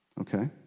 Okay